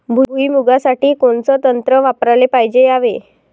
भुइमुगा साठी कोनचं तंत्र वापराले पायजे यावे?